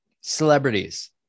celebrities